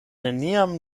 neniam